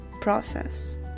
process